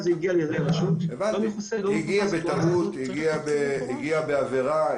הגיע בטעות, הגיע בעבירה.